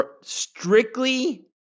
strictly